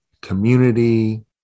community